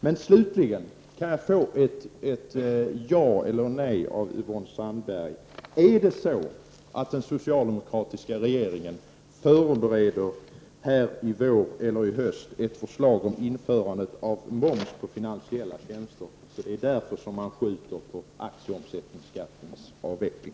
Kan jag slutligen få ett ja eller ett nej från Yvonne Sandberg-Fries på frågan: Är det så att den socialdemokratiska regeringen förbereder ett förslag i vår eller i höst om införande av moms på finansiella tjänster, och är det därför som man skjuter på omsättningsskattens avveckling?